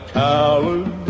coward